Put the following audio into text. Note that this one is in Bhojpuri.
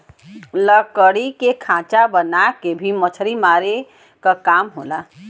लकड़ी के खांचा बना के भी मछरी मारे क काम होला